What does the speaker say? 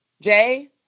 Jay